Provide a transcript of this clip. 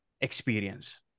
experience